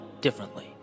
differently